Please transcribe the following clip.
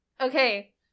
Okay